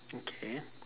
okay